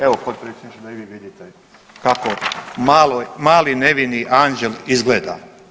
Evo potpredsjedniče da i vi vidite kako mali nevini anđel izgleda.